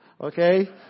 Okay